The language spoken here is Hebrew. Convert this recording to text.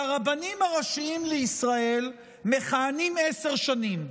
והרבנים הראשיים לישראל מכהנים עשר שנים.